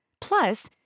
Plus